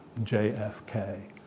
JFK